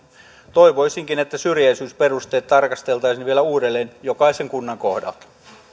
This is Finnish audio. toivoisinkin että syrjäisyysperusteita tarkasteltaisiin vielä uudelleen jokaisen kunnan kohdalta